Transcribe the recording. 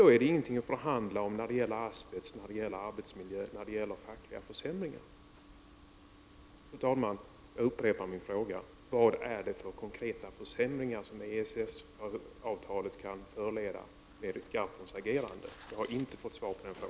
Då finns det ingenting att förhandla om när det gäller asbest, arbetsmiljö och fackliga försämringar. Fru talman! Jag upprepar min fråga: Vad är det för konkreta försämringar i fråga om EES-avtalet som kan föranledas av Per Gahrtons agerande? Jag har inte fått svar på den frågan.